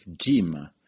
gym